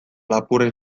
lapurren